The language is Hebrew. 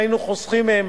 היינו חוסכים מהם